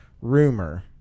rumor